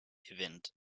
event